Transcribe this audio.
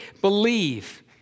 believe